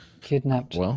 Kidnapped